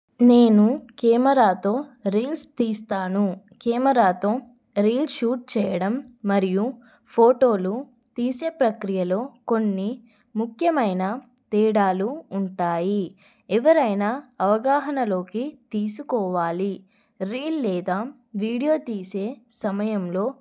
నేను కేమెరాతో రీల్స్ తీస్తాను కేమెరాతో రీల్స్ షూట్ చేయడం మరియు ఫోటోలు తీసే ప్రక్రియలో కొన్ని ముఖ్యమైన తేడాలు ఉంటాయి ఎవరైనా అవగాహనలోకి తీసుకోవాలి రీల్ లేదా వీడియో తీసే సమయంలో